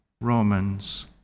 Romans